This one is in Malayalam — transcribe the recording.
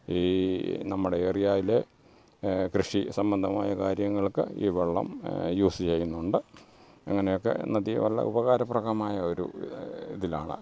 ഈ നമ്മുടെ ഏറിയായിലെ കൃഷി സംബന്ധമായ കാര്യങ്ങൾക്ക് ഈ വെള്ളം യൂസ് ചെയ്യുന്നുണ്ട് അങ്ങനെയൊക്കെ നദി വളരെ ഉപകാരപ്രദമായ ഒരു ഇതിലാണ്